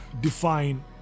define